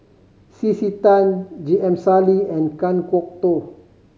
C C Tan J M Sali and Kan Kwok Toh